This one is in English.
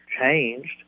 changed